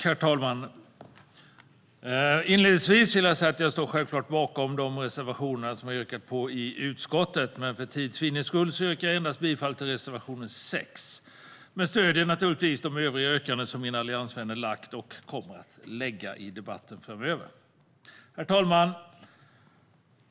Herr talman! Jag står självklart bakom de reservationer jag har yrkat på i utskottet, men för tids vinnande yrkar jag bifall endast till reservation 6. Jag stöder naturligtvis de övriga yrkanden som mina alliansvänner har gjort och kommer att göra i debatten. Herr talman!